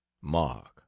mark